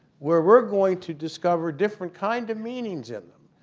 we're we're going to discover different kinds of meanings in them.